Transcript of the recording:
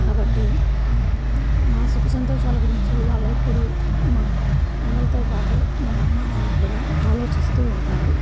కాబట్టి నా సుఖసంతోషాల గురించి వాళ్ళు ఎప్పుడు మా అన్నలతో పాటు మా అమ్మ నాన్న కూడా ఆలోచిస్తూ ఉంటారు